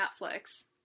Netflix